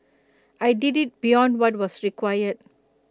I did IT beyond what was required